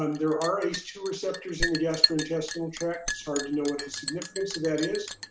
um there are ace two receptors in your gastrointestinal tract. it's hard to know what the significance of that is,